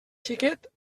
xiquet